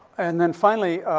and then, finally,